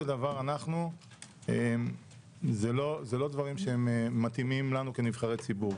דבר הם לא דברים שמתאימים לנו כנבחרי ציבור.